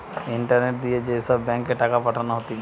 internet দিয়ে যে সব ব্যাঙ্ক এ টাকা পাঠানো হতিছে